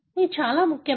ఇది చాలా ముఖ్యం